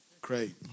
Great